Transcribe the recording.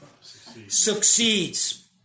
succeeds